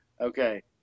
Okay